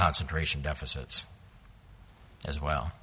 concentration deficit as well